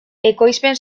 ekoizpen